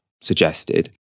suggested